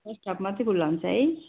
first half मात्रै खुल्ला हुन्छ है